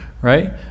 right